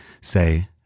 say